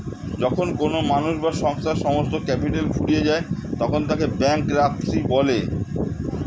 যখন কোনো মানুষ বা সংস্থার সমস্ত ক্যাপিটাল ফুরিয়ে যায় তখন তাকে ব্যাঙ্করাপ্সি বলে